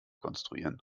konstruieren